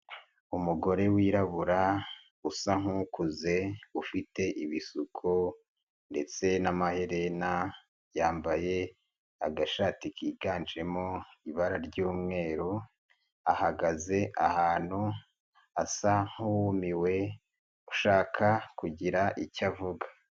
Umugore wirabura usa nk'ukuze ufite ibisuko ndetse n'amaherena, yambaye agashati kiganjemo ibara ry'umweru, ahagaze ahantu asa nk'uwumiwe ushaka kugira icyo avuga.